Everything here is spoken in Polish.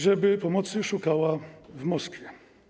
żeby pomocy szukała w Moskwie.